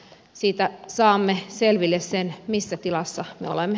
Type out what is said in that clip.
siitä saamme selville sen missä tilassa me olemme